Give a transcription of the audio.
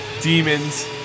demons